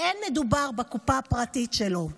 ואין מדובר בקופה הפרטית שלו.